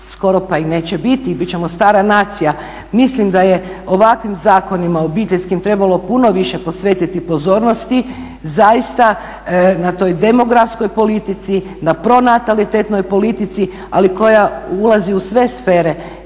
skoro pa i neće biti, biti ćemo stara nacija. Mislim da je ovakvim zakonima obiteljskim trebalo puno više posvetiti pozornosti zaista na toj demografskoj politici, na pronatalitetnoj politici ali koja ulazi u sve sfere